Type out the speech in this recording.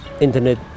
internet